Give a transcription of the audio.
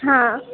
हाँ